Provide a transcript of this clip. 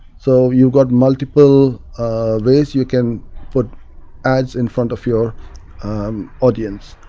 so you've got multiple ways you can put ads in front of your audience.